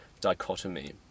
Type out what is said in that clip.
dichotomy